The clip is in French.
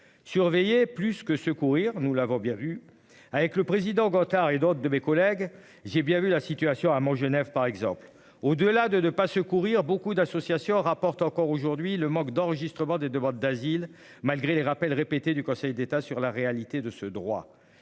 surveiller plus que secourir. Nous l'avons bien vu avec le président Gothard et d'autres de mes collègues, j'ai bien vu la situation à mon Genève par exemple au delà de ne pas secourir beaucoup d'associations, rapporte encore aujourd'hui, le manque d'enregistrement des demandes d'asile. Malgré les appels répétés du Conseil d'État sur la réalité de ce droit.